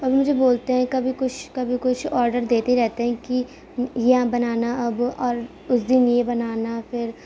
اور مجھے بولتے ہیں کبھی کچھ کبھی کچھ آڈر دیتے رہتے ہیں کہ یہ بنانا اب اور اس دن یہ بنانا پھر